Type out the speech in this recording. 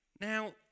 Now